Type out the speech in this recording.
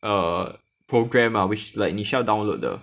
err program ah which 你需要 download 的